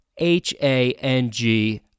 H-A-N-G